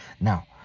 Now